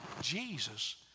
Jesus